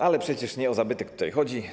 Ale przecież nie o zabytek tutaj chodzi.